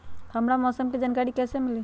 हमरा मौसम के जानकारी कैसी मिली?